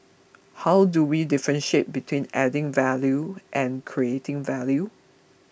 how do we differentiate between adding value and creating value